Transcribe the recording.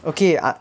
okay ah